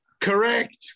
Correct